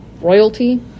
royalty